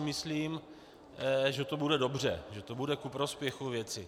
Myslím si, že to bude dobře, že to bude ku prospěchu věci.